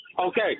Okay